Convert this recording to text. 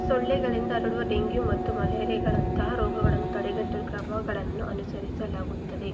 ಸೊಳ್ಳೆಗಳಿಂದ ಹರಡುವ ಡೆಂಗ್ಯೂ ಮತ್ತು ಮಲೇರಿಯಾಗಳಂತಹ ರೋಗಗಳನ್ನು ತಡೆಗಟ್ಟಲು ಕ್ರಮಗಳನ್ನು ಅನುಸರಿಸಲಾಗುತ್ತದೆ